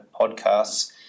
podcasts